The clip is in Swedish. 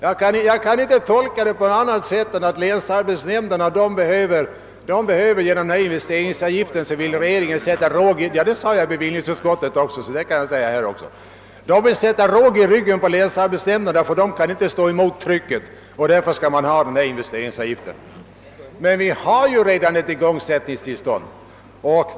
Jag kan inte tolka det på annat sätt än så att regeringen — det sade jag i bevillningsutskottet och det kan jag säga här också — genom investeringsavgiften vill sälta råg i ryggen på länsarbetsnämnderna som annars inte skulle kunna stå emot trycket. Men vi har ju redan ett igångsättningstillstånd.